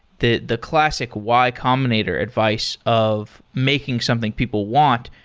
the the classic y combinator advice of making something people want,